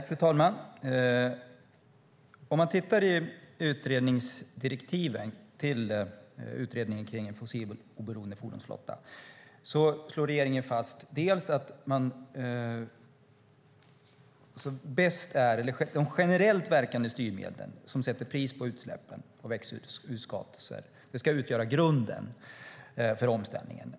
Fru talman! I direktiven till utredningen om en fossiloberoende fordonsflotta slår regeringen fast att de generellt verkande styrmedlen som sätter pris på utsläppen av växthusgaser ska utgöra grunden för omställningen.